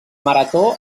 marató